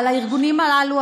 אבל הארגונים הללו,